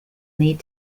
need